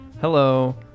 Hello